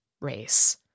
race